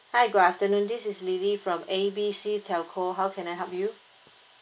hi good afternoon this is lily from A B C telco how can I help you